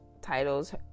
titles